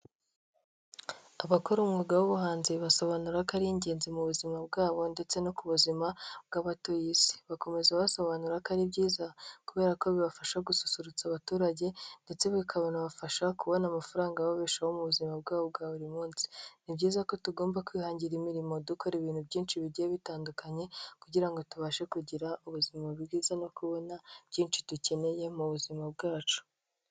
Abakora umwuga w'ubuhanzi basobanura ko ari ingenzi mu buzima bwabo ndetse no ku buzima bw'abatuye isi. Bakomeza basobanura ko ari byiza, kubera ko bibafasha gususurutsa abaturage ndetse bika bibafasha kubona amafaranga yababeshaho mu buzima bwabo bwa buri munsi. Ni byiza ko tugomba kwihangira imirimo dukora ibintu byinshi bigiye bitandukanye, kugira ngo tubashe kugira ubuzima bwiza no kubona byinshi dukeneye mu buzima bwacu.